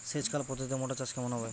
সেচ খাল পদ্ধতিতে মটর চাষ কেমন হবে?